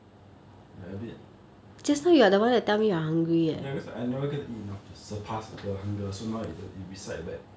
like a bit ya because I never got to eat enough to surpass the hunger so now it just it reside back